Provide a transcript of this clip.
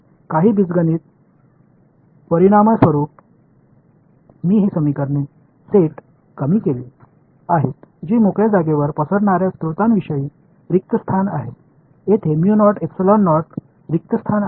काही बीजगणित परिणामस्वरूप मी ही समीकरणे सेट कमी केली आहेत जी मोकळ्या जागेवर पसरणार्या स्त्रोतांविषयी रिक्त स्थान आहे तेथे रिक्त स्थान आहे